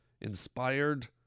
inspired